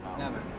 never.